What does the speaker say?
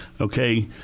Okay